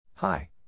Hi